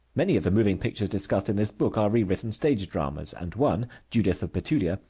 many of the moving pictures discussed in this book are rewritten stage dramas, and one, judith of bethulia,